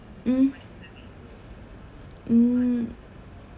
mm mm